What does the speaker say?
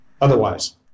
otherwise